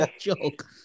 joke